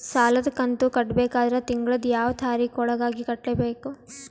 ಸಾಲದ ಕಂತು ಕಟ್ಟಬೇಕಾದರ ತಿಂಗಳದ ಯಾವ ತಾರೀಖ ಒಳಗಾಗಿ ಕಟ್ಟಬೇಕು?